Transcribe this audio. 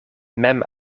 mem